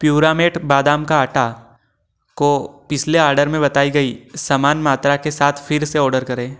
प्युरामेट बादाम का आटा को पिछले ऑर्डर में बताई गई समान मात्रा के साथ फ़िर से ऑर्डर करें